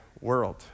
world